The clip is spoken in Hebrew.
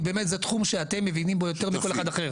כי באמת זה תחום שאתם מבינים בו יותר מכל אחד אחר.